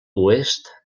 oest